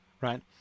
Right